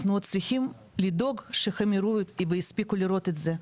אנחנו עוד צריכים לדאוג שהם יראו ויספיקו לראות את זה.